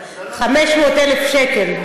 500,000 שקל,